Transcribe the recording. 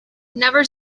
never